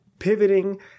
pivoting